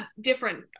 different